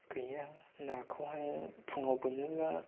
गैया नाखौहाय फुङाव बोनोब्ला